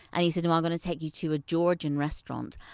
and he said, i'm um going to take you to a georgian restaurant.